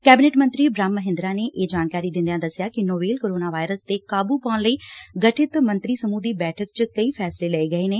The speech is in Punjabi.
ਕੈਬਨਿਟ ਮੰਤਰੀ ਬ੍ਹਮ ਮਹਿੰਦਰਾ ਨੇ ਇਹ ਜਾਣਕਾਰੀ ਦਿੰਦਿਆਂ ਦਸਿਆ ਨੋਵੇਲ ਕੋਰੋਨਾ ਵਾਇਰਸ ਤੇ ਕਾਬੂ ਪਾਉਣ ਲਈ ਗਠਿਤ ਮੰਤਰੀ ਸਮੂਹ ਦੀ ਬੈਠਕ ਚ ਕਈ ਫੈਸਲੇ ਲਏ ਗਏ ਨੇ